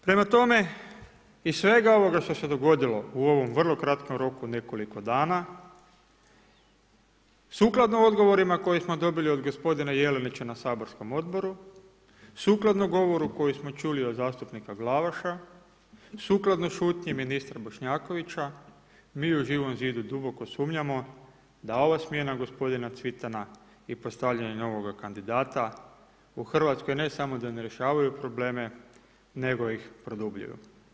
Prema tome, iz svega ovoga što se dogodilo u ovom vrlo kratkom roku nekoliko dana, sukladno odgovorima koje smo dobili od gospodina Jelinića na saborskom odboru, sukladno govoru koji smo čuli od zastupnika Glavaša, sukladno šutnji ministra Bošnjakovića, mi u Živom zidu duboko sumnjamo da ova smjena gospodina Cvitana i postavljanje novoga kandidata u Hrvatskoj ne samo da ne rješavaju probleme nego ih produbljuju.